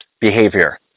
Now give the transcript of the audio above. behavior